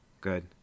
Good